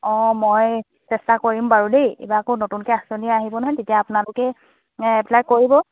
অঁ মই চেষ্টা কৰিম বাৰু দেই এইবাৰ আকৌ নতুনকৈ আঁচনি আহিব নহয় তেতিয়া আপোনালোকে এপ্লাই কৰিব